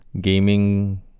gaming